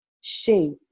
shades